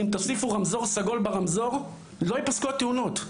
אם תוסיפו רמזור סגול לא ייפסקו התאונות.